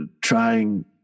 trying